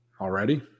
Already